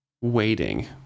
waiting